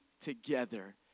together